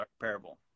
parable